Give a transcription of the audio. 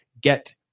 get